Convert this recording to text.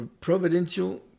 providential